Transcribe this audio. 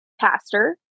pastor